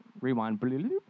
Rewind